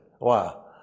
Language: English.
Wow